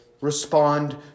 respond